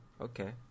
Okay